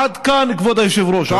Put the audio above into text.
עד כאן, כבוד היושב-ראש.